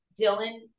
Dylan